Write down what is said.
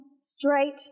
straight